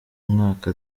umwaka